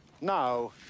Now